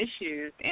issues